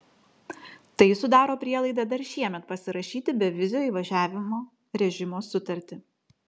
tai sudaro prielaidą dar šiemet pasirašyti bevizio įvažiavimo režimo sutartį